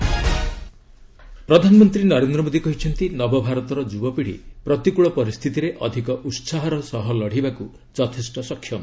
PM ପ୍ରଧାନମନ୍ତ୍ରୀ ନରେନ୍ଦ୍ର ମୋଦୀ କହିଛନ୍ତି ନବଭାରତର ଯୁବପିଢ଼ି ପ୍ରତିକୂଳ ପରିସ୍ଥିତିରେ ଅଧିକ ଉତ୍ସାହର ସହ ଲଢ଼ିବାକୁ ଯଥେଷ୍ଟ ସକ୍ଷମ